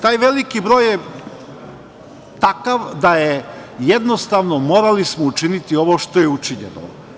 Taj veliki broj je takav da smo morali učiniti ovo što je učinjeno.